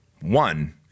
One